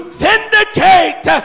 vindicate